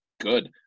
good